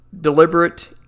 Deliberate